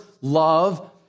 love